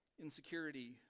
insecurity